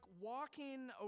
walking